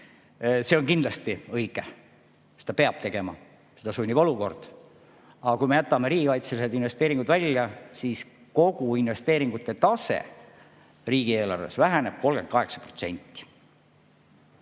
See on kindlasti õige, seda peab tegema, seda sunnib olukord. Aga kui me jätame riigikaitselised investeeringud välja, siis kogu investeeringute tase riigieelarves väheneb 38%.